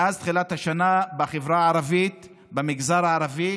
מאז תחילת השנה היו בחברה הערבית, במגזר הערבי,